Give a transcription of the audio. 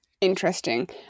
Interesting